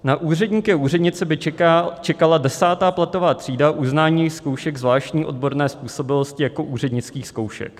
Na úředníky a úřednice by čekala 10. platová třída, uznání zkoušek zvláštní odborné způsobilosti jako úřednických zkoušek.